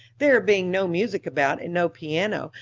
there being no music about, and no piano,